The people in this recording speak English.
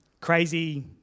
crazy